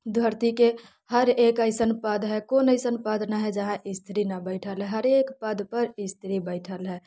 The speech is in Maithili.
धरतीके हर एक अइसन पद हय कोन अइसन पद नहि जहाँ स्त्री नहि बैठल हय हरेक पद पर स्त्री बैठल हय